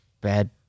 bad